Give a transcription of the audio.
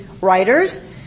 writers